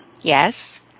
Yes